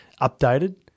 updated